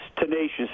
tenacious